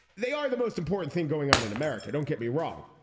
they are the most important thing going on in america. don't get me wrong.